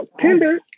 Tinder